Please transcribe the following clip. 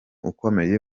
ukomeye